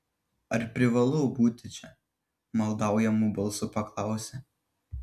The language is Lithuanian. ar privalau būti čia maldaujamu balsu paklausė